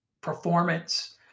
performance